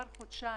שכירות.